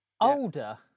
Older